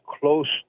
close